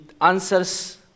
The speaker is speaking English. answers